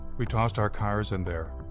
we tossed our cars in there.